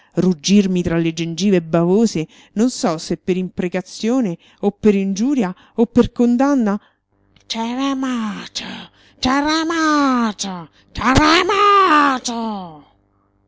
ruggirmi tra le gengive bavose non so se per imprecazione o per ingiuria o per condanna